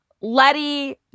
Letty